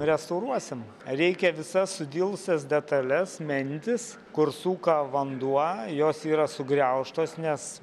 restauruosim reikia visas sudilusias detales mentis kur suka vanduo jos yra sugriaužtos nes